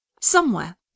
Somewhere